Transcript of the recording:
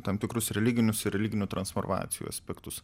tam tikrus religinius ir religinių transformacijų aspektus